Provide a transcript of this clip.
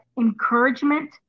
encouragement